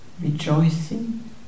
rejoicing